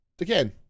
again